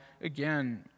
again